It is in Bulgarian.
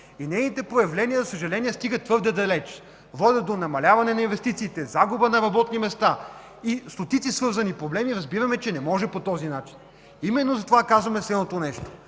и нейните проявления, за съжаление, стигат твърде далеч – водят до намаляване на инвестициите, до загуба на работни места и стотици свързани проблеми, разбираме, че не може по този начин. Именно затова казваме следното нещо: